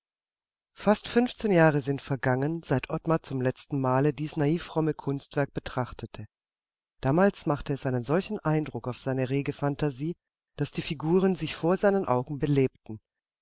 fast fünfzehn jahre sind vergangen seit ottmar zum letzten male dies naiv fromme kunstwerk betrachtete damals machte es einen solchen eindruck auf seine rege phantasie daß die figuren sich vor seinen augen belebten